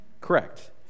Correct